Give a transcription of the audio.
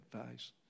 advice